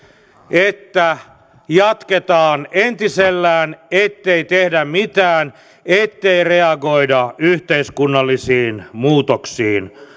että jatketaan entisellään ettei tehdä mitään ettei reagoida yhteiskunnallisiin muutoksiin